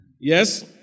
Yes